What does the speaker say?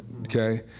Okay